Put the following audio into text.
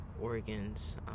organs